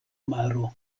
maro